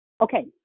okay